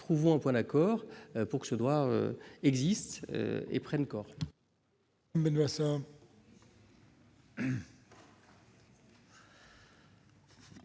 trouvons donc un point d'accord pour que ce droit existe et prenne corps.